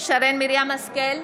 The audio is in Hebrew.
שרן מרים השכל,